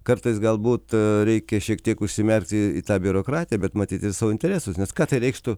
kartais galbūt reikia šiek tiek užsimerkti į tą biurokratiją bet matyti savo interesus nes ką tai reikštų